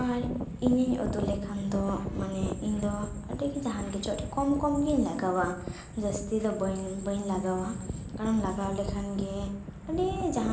ᱟᱨ ᱤᱧᱤᱧ ᱩᱛᱩ ᱞᱮᱠᱷᱟᱱ ᱫᱚ ᱢᱟᱱᱮ ᱤᱧ ᱫᱚ ᱟᱹᱰᱤ ᱜᱮ ᱟᱹᱰᱤ ᱠᱚᱢ ᱠᱚᱢ ᱜᱮᱧ ᱞᱟᱜᱟᱣᱟ ᱡᱟᱹᱥᱛᱤ ᱫᱚ ᱵᱟᱹᱧ ᱞᱟᱜᱟᱣᱟ ᱠᱟᱨᱚᱱ ᱞᱟᱜᱟᱣ ᱞᱮᱠᱷᱟᱱ ᱜᱮ ᱟᱹᱰᱤ